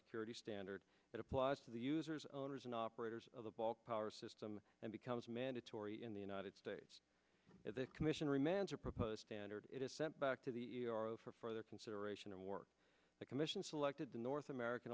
cybersecurity standard that applies to the users owners and operators of the ball power system and becomes mandatory in the united states the commission remands or proposed standard it is sent back to the e r for further consideration of work the commission selected the north american